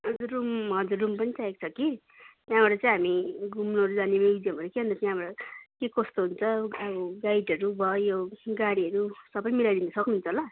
अन्त रुम हजुर रुम पनि चाहिएको छ कि त्यहाँबाट चाहिँ हामी घम्नुहरू जाने म्युजियमहरू कि अन्त त्यहाँबाट के कस्तो हुन्छ अब गाइडहरू भयो गाडीहरू सबै मिलाइदिनु सक्नुहुन्छ होला